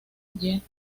durante